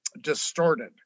distorted